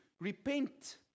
Repent